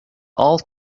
all